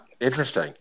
interesting